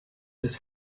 des